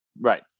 right